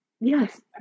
yes